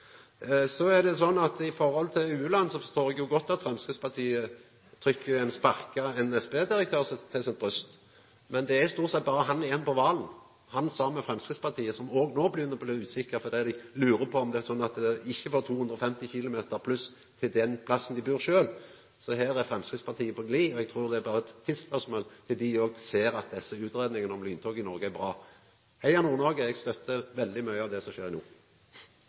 eg forstår godt at Framstegspartiet trykkjer ein sparka NSB-direktør til sitt bryst. Men det er stort sett berre han igjen på banen, han saman med Framstegspartiet, som no òg begynner å bli usikre fordi dei lurer på om det er sånn at det ikkje var 250 km pluss til den plassen der dei sjølve bur. Så her er Framstegspartiet på glid. Eg trur det berre er eit tidsspørsmål til dei òg ser at desse utgreiingane om lyntog i Noreg er bra. Heia Nord-Noreg! Eg støttar veldig mykje av det som skjer